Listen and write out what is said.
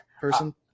person